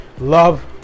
love